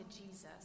Jesus